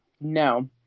no